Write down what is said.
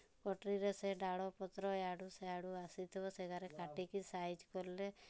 କଟୁରୀରେ ସେ ଡାଳ ପତ୍ର ଇୟାଡ଼ୁ ସିୟାଡ଼ୁ ଆସି ଥିବ ସେ ଘରେ କାଟି କି ସାଇଜ୍ କଲେ